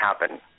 happen